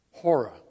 horror